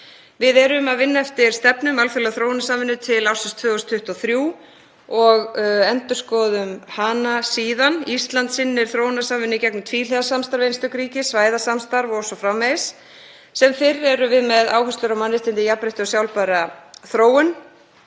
Við erum að vinna eftir stefnu um alþjóðlega þróunarsamvinnu til ársins 2023 og endurskoðum hana síðan. Ísland sinnir þróunarsamvinnu í gegnum tvíhliða samstarf, einstök ríki, svæðasamstarf o.s.frv. Sem fyrr erum við með áherslur á mannréttindi, jafnrétti og sjálfbæra þróun.